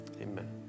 Amen